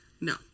No